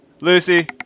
Lucy